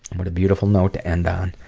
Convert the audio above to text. what a beautiful note to end on.